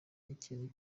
ikintu